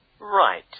Right